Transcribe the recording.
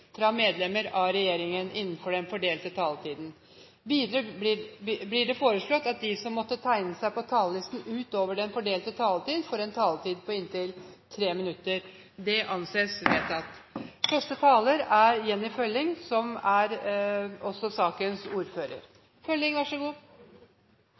fra medlemmer av regjeringen, innenfor den fordelte taletiden. Videre blir det foreslått at de som måtte tegne seg på talerlisten utover den fordelte taletid, får en taletid på inntil 3 minutter. – Det anses vedtatt. Representanten Jenny Følling får ordet, for sakens ordfører.